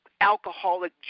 alcoholic